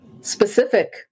specific